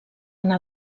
anar